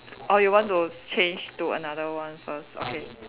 or you want to change to another one first okay